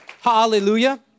Hallelujah